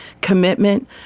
commitment